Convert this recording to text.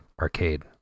Arcade